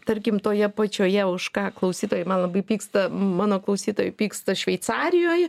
tarkim toje pačioje už ką klausytojai man labai pyksta mano klausytojai pyksta šveicarijoj